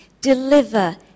deliver